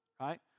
right